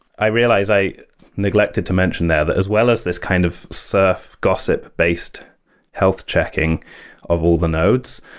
i realized i neglected to mention there that as well as this kind of surf gossip-based health checking of all the nodes,